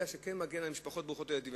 שכן מגיע למשפחות ברוכות ילדים,